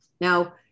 Now